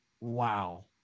Wow